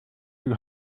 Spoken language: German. die